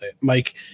Mike